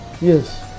Yes